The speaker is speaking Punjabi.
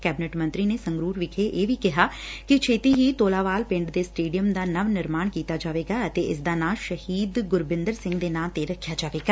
ਕੈਬਨਿਟ ਮੰਤਰੀ ਨੇ ਸੰਗਰੂਰ ਵਿਖੇ ਇਹ ਵੀ ਕਿਹਾ ਕਿ ਛੇਤੀ ਹੀ ਤੋਲਾਵਾਲ ਪਿੰਡ ਦੇ ਸਟੇਡੀਅਮ ਦਾ ਨਵ ਨਿਰਮਾਣ ਕੀਤਾ ਜਾਵੇਗਾ ਅਤੇ ਇਸ ਦਾ ਨਾਂ ਸ਼ਹੀਦ ਗੁਰਬਿੰਦਰ ਸਿੰਘ ਦੇ ਨਾਂ ਤੇ ਰੱਖਿਆ ਜਾਏਗਾ